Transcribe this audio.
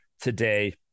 today